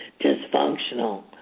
dysfunctional